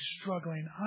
struggling